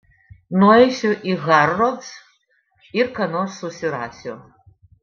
nueisiu į harrods ir ką nors susirasiu